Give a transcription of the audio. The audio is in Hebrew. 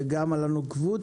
וגם על הנוקבות,